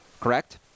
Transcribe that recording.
correct